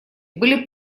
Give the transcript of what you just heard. были